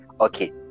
okay